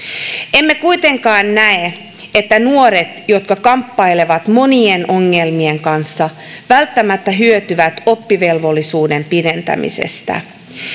emme kuitenkaan näe että nuoret jotka kamppailevat monien ongelmien kanssa välttämättä hyötyvät oppivelvollisuuden pidentämisestä